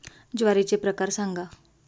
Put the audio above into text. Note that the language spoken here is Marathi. ज्वारीचे प्रकार सांगा